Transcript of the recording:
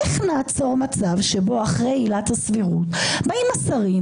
איך נעצור מצב שבו אחרי עילת הסבירות באים השרים,